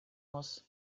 muss